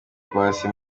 paccy